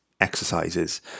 exercises